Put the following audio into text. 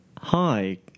Hi